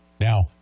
Now